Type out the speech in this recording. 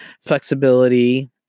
Flexibility